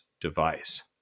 device